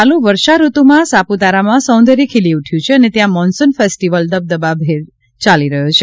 ચાલુ વર્ષા ઋતુમાં સાપુતારામાં સૌંદર્ય ખીલી ઉઠચું છે અને ત્યાં મોન્સૂન ફેસ્ટિવલ દબદબા રીતે ચાલી રહ્યો છે